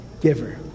giver